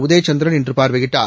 உதயசந்திரன் இன்று பார்வையிட்டார்